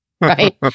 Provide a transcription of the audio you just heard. Right